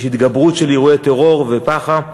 יש התגברות של אירועי טרור ופח"ע,